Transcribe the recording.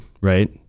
right